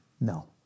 No